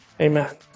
Amen